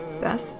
Beth